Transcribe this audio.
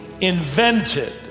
invented